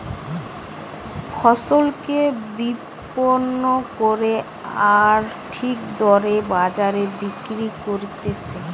ফসলকে বিপণন করে আর ঠিক দরে বাজারে বিক্রি করতিছে